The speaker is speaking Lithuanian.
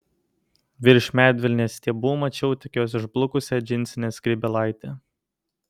virš medvilnės stiebų mačiau tik jos išblukusią džinsinę skrybėlaitę